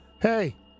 Hey